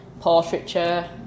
portraiture